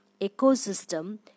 Ecosystem